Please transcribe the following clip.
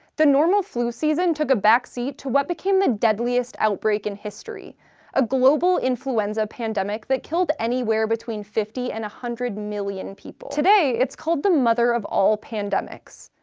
the normal flu season took a backseat to what became the deadliest outbreak in history a global influenza pandemic that killed anywhere between fifty and one hundred million people. today, it's called the mother of all pandemics,